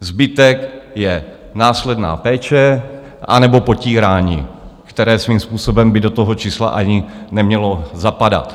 Zbytek je následná péče anebo potírání, které svým způsobem by do toho čísla ani nemělo zapadat.